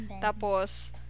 Tapos